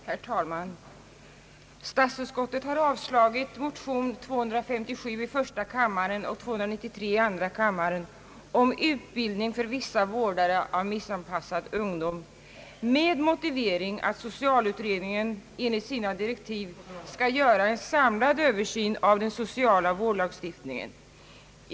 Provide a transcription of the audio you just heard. Herr talman! Statsutskottet har avstyrkt motion 257 i första kammaren och 293 i andra kammaren om utbildning för vissa vårdare av missanpassad ungdom, detta med motivering att socialutredningen enligt sina direktiv skall göra en samlad översyn av den sociala vårdlagstiftningen.